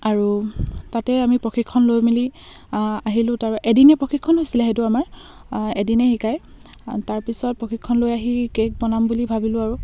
আৰু তাতে আমি প্ৰশিক্ষণ লৈ মেলি আহিলো তাৰ এদিনীয়া প্ৰশিক্ষণ হৈছিলে সেইটো আমাৰ এদিনেই শিকাই তাৰপিছত প্ৰশিক্ষণ লৈ আহি কে'ক বনাম বুলি ভাবিলো আৰু